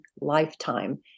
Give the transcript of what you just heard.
lifetime